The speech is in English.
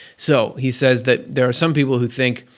so, he says that there are some people who think,